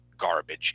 garbage